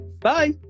Bye